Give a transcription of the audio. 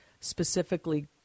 specifically